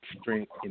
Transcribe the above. Strength